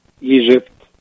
Egypt